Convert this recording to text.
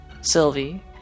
Sylvie